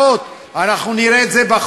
בסדר, אין בעיה,